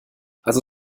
also